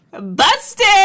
Busted